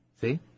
See